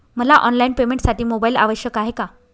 मला ऑनलाईन पेमेंटसाठी मोबाईल आवश्यक आहे का?